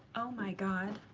oh my god.